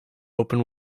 open